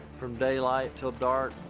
from daylight till dark,